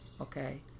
okay